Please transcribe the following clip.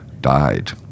died